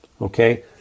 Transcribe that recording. okay